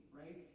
right